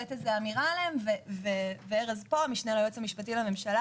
לתת אמירה עליהם והיועץ המשפטי לממשלה